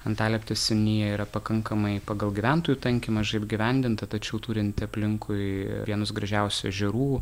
antalieptės seniūnija yra pakankamai pagal gyventojų tankį mažai apgyvendinta tačiau turinti aplinkui vienus gražiausių ežerų